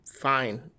fine